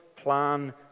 plan